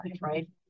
right